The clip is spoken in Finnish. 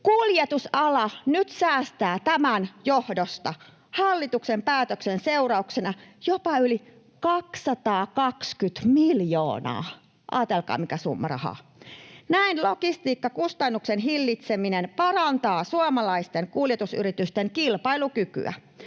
Kuljetusala nyt säästää tämän johdosta hallituksen päätöksen seurauksena jopa yli 220 miljoonaa. Ajatelkaa, mikä summa rahaa. Näin logistiikkakustannusten hillitseminen parantaa suomalaisten kuljetusyritysten kilpailukykyä.